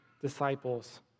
disciples